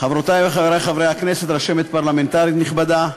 חברותי וחברי חברי הכנסת, רשמת פרלמנטרית נכבדה,